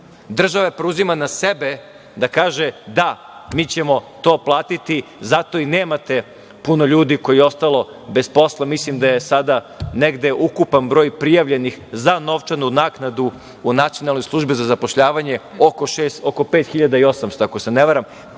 Država preuzima na sebe da kaže - da, mi ćemo to platiti. Zato i nemate puno ljudi koji je ostao bez posla. Mislim da je sada negde ukupan broj prijavljenih za novčanu naknadu u Nacionalnoj službi za zapošljavanje oko 5.800, ako se ne varam.